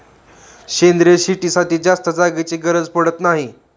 सेंद्रिय शेतीसाठी जास्त जागेची गरज पडत नाही